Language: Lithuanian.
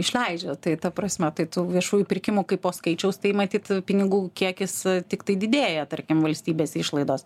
išleidžia tai ta prasme tai tų viešųjų pirkimų kai po skaičiaus tai matyt pinigų kiekis tiktai didėja tarkim valstybės išlaidos